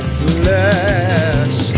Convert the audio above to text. flesh